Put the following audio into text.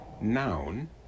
noun